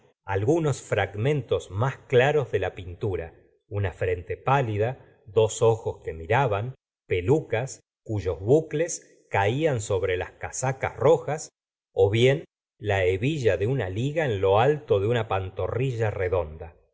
gustavó flaubert más claros de la pintura una frente pálida dos ojos que miraban pelucas cuyos bucles caían sobre las casacas rojas bien la hebilla de una liga en lo alto de una pantorrilla redonda